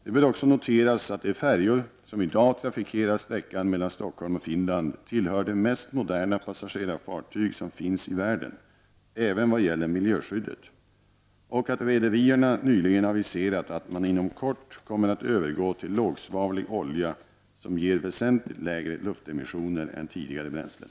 Det bör också noteras att de färjor som i dag trafikerar sträckan mellan Stockholm och Finland tillhör de mest moderna passagerarfartyg som finns i världen även vad gäller miljöskyddet och att rederierna nyligen aviserat att man inom kort kommer att övergå till lågsvavlig olja som ger väsentligt lägre luftemissioner än tidigare bränslen.